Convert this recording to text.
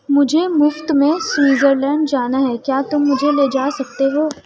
مجھے مفت میں سویزرلینڈ جانا ہے کیا تم مجھے لے جا سکتے ہو